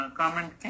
comment